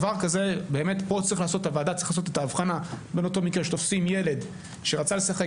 הוועדה צריכה לעשות את ההבחנה בין אותו מקרה שתופסים ילד שרצה לשחק